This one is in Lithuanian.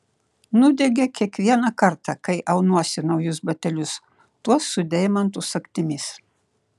nudiegia kiekvieną kartą kai aunuosi naujus batelius tuos su deimantų sagtimis